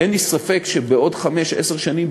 אין לי ספק שבעוד חמש עשר שנים,